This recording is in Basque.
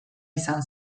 izan